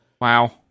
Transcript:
Wow